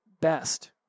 best